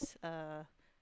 uh